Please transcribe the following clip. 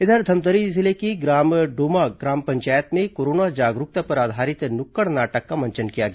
इधर धमतरी जिले की डोमा ग्राम पंचायत में कोरोना जागरूकता पर आधारित नुक्कड़ नाटक का मंचन किया गया